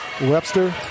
Webster